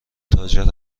تاجر